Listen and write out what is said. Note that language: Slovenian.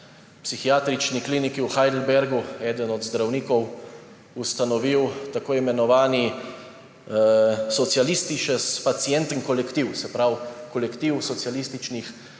na psihiatrični kliniki v Heidelbergu eden od zdravnikov ustanovil tako imenovani Sozialistisches Patientenkollektiv, se pravi kolektiv socialističnih